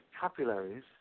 capillaries